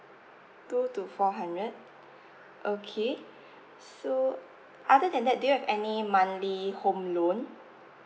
two to four hundred okay so other than that do you have any monthly home loan